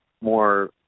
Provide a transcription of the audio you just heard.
more